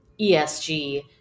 ESG